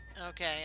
Okay